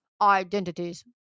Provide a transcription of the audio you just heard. identities